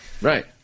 Right